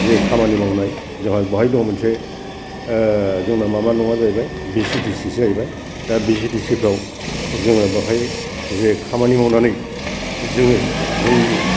जे खामानि मावनाय ज बेवहाय दङ मोनसे जोंना माबा नङा जाहैबाय भि सि दि सि सो जाहैबाय दा भि सि दि सि फ्राव जोङो बेवहाय जे खामानि मावनानै जोङो जोंनि